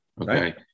okay